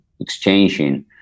exchanging